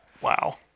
Wow